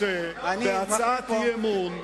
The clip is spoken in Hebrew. אני רוצה, בהצעת אי-אמון,